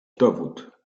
dowód